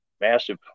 massive